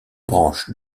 branches